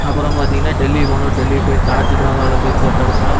அப்புறம் பார்த்திங்கனா டெல்லி போகனும் டெல்லி போய் தாஜ்ஜுமஹாலை போய் போட்டோ எடுக்கணும்